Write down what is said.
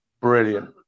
brilliant